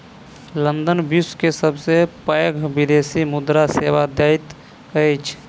London विश्व के सबसे पैघ विदेशी मुद्रा सेवा दैत अछि